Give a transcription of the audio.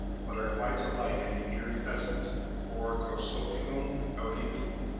but are quite alike in the eared pheasant or crossoptilon auritum.